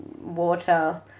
water